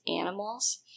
animals